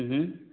हु हुं